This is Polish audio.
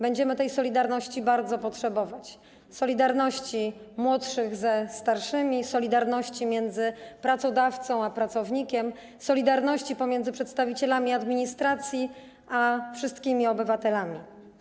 Będziemy tej solidarności bardzo potrzebować, solidarności młodszych ze starszymi, solidarności miedzy pracodawcą a pracownikiem, solidarności pomiędzy przedstawicielami administracji a wszystkimi obywatelami.